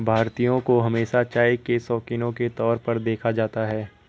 भारतीयों को हमेशा चाय के शौकिनों के तौर पर देखा जाता है